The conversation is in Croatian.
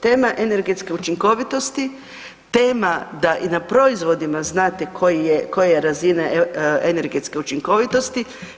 Tema energetske učinkovitosti, tema da i na proizvodima znate koji je, koje je razine energetske učinkovitosti.